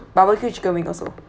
barbecue chicken wing also